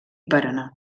paranà